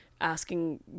asking